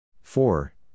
four